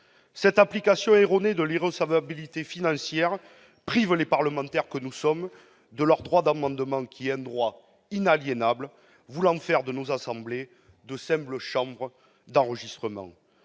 Cette application erronée de l'irrecevabilité financière prive les parlementaires que nous sommes de leur droit d'amendement, qui est pourtant inaliénable : à l'évidence, on voudrait faire de nos assemblées de simples chambres d'enregistrement